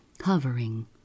hovering